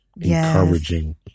encouraging